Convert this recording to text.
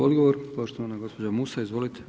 Odgovor, poštovana gospođa Musa, izvolite.